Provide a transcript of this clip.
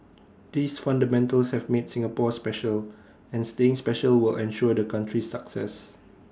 these fundamentals have made Singapore special and staying special will ensure the country's success